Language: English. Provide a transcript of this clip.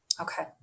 Okay